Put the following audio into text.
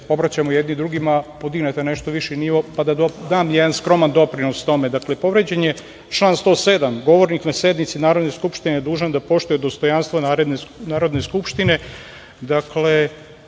obraćamo jedni drugima podignete na nešto viši nivo, pa da dam jedan skroman doprinos tome. Povređen je član 107. – govornik na sednici Narodne skupštine dužan je da poštuje dostojanstvo Narodne skupštine.